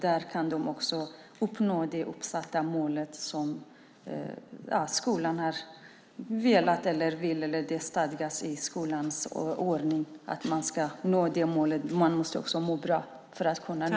Då kan de mål uppnås som stadgas i skolans läroplan.